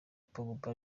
pogba